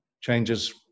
changes